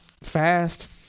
fast